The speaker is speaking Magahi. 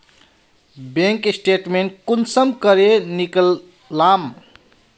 बैंक स्टेटमेंट कुंसम करे निकलाम?